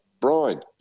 Brian